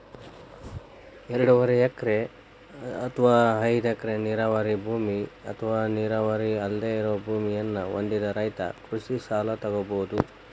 ಎರಡೂವರೆ ಎಕರೆ ಅತ್ವಾ ಐದ್ ಎಕರೆ ನೇರಾವರಿ ಭೂಮಿ ಅತ್ವಾ ನೇರಾವರಿ ಅಲ್ದೆ ಇರೋ ಭೂಮಿಯನ್ನ ಹೊಂದಿದ ರೈತ ಕೃಷಿ ಸಲ ತೊಗೋಬೋದು